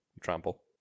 Trample